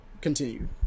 continue